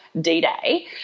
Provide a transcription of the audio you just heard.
D-Day